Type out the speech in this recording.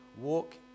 walk